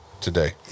today